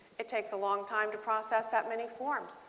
it takes a long time to process that many forms.